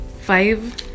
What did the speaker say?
Five